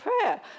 prayer